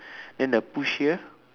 then the push here